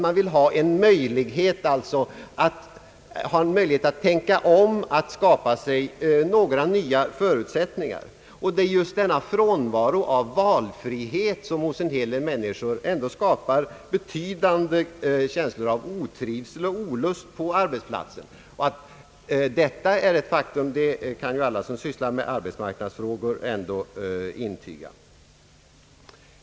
De vill ha en möjlighet att tänka om och att skapa sig nya förutsättningar. Det är just denna frånvaro av valfrihet, som hos en hel del människor skapar betydande känsla av otrivsel och olust på arbetsplatsen. Detta är ett faktum, vilket alla som sysslar med arbetsmarknadsfrågor kan intyga.